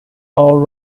all